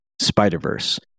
Spider-Verse